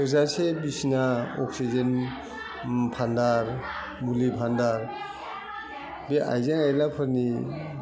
थोजासे बिसिना अक्सिजेन पानार मुलि पान्डार बे आइजें आयलाफोरनि